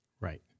Right